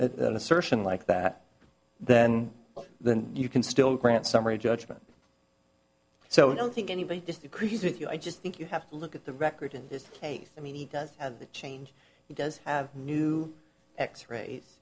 assertion like that then then you can still grant summary judgment so i don't think anybody disagrees with you i just think you have to look at the record in this case i mean he does change he does have new x rays